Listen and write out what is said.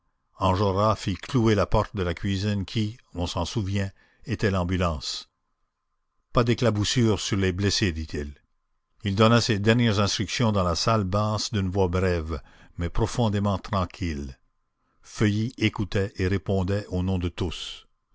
enjolras fit clouer la porte de la cuisine qui on s'en souvient était l'ambulance pas d'éclaboussures sur les blessés dit-il il donna ses dernières instructions dans la salle basse d'une voix brève mais profondément tranquille feuilly écoutait et répondait au nom de tous